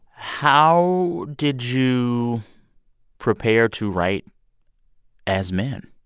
how did you prepare to write as men?